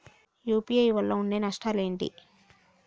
UPI వల్ల ఉండే నష్టాలు ఏంటి??